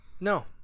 No